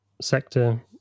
sector